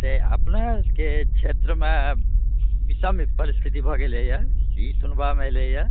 तऽ अपनाके छेत्रमे बिषम परिस्थिति भऽ गेलैए ई सुनबामे एलैए